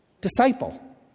disciple